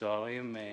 סוהרים,